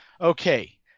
Okay